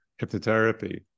hypnotherapy